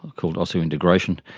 called osseointegration,